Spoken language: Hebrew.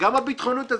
גם הביטחונית הזו.